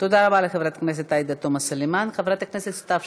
תודה רבה לחברת הכנסת עאידה תומא סלימאן.